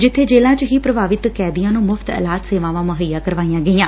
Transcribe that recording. ਜਿੱਬੇ ਜੇਲ੍ਹਾਂ ਵਿਚ ਹੀ ਪ੍ਰਭਾਵਿਤ ਕੈਦੀਆਂ ਨੂੰ ਮੁਫ਼ਤ ਇਲਾਜ ਸੇਵਾਵਾਂ ਮੁੱਹਈਆ ਕਰਵਾਈਆਂ ਗਈਆਂ